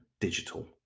digital